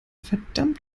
verdammt